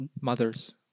Mothers